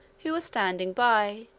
who was standing by,